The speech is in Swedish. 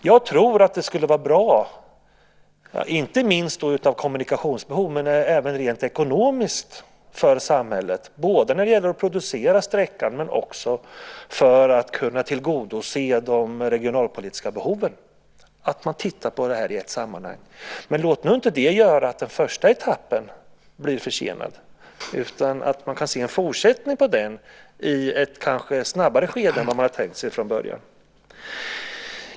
Jag tror att det skulle vara bra, inte minst på grund av kommunikationsbehovet men även rent ekonomiskt för samhället, både när det gäller att producera sträckan och också för att kunna tillgodose de regionalpolitiska behoven, att titta på detta i ett sammanhang. Låt nu inte det göra att den första etappen blir försenad utan att man kan se en fortsättning av den i ett snabbare skede än vad man hade tänkt sig från början.